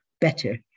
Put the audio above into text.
better